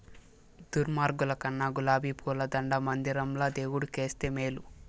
దుర్మార్గుల కన్నా గులాబీ పూల దండ మందిరంల దేవుడు కేస్తే మేలు